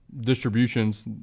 distributions